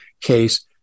case